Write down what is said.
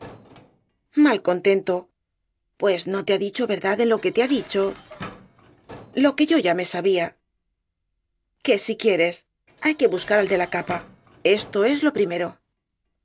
oveja malcontento pues no te ha dicho verdad en lo que te ha dicho lo que yo ya me sabía que si quieres hay que buscar al de la capa esto es lo primero